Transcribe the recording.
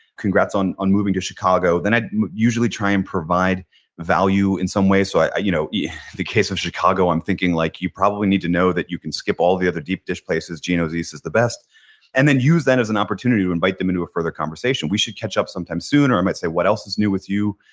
congrats on on moving to chicago. then i'd usually try and provide value in some way. so you know the case of chicago i'm thinking like, you probably need to know that you can skip all of the other deep dish places, gino's east is the best and then use that as an opportunity to invite them into a further conversation. we should catch up some time soon. or i might say, what else is new with you?